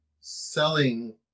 selling